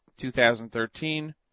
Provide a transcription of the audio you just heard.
2013